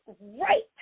right